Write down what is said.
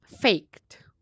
faked